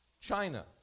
China